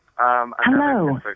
Hello